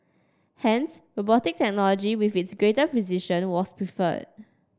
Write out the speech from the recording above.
hence robotic technology with its greater precision was preferred